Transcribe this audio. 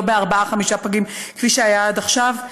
בארבעה-חמישה פגים כפי שהיה עד עכשיו.